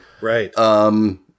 Right